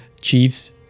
Chiefs